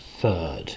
third